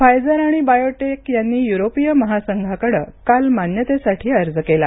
Pfizer आणि biotech यांनी युरोपिय महासंघाकडे काल मान्यतेसाठी अर्ज केला